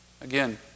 again